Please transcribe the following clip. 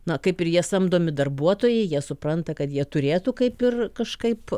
na kaip ir jie samdomi darbuotojai jie supranta kad jie turėtų kaip ir kažkaip